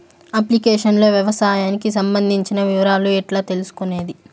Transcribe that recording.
Application లో వ్యవసాయానికి సంబంధించిన వివరాలు ఎట్లా తెలుసుకొనేది?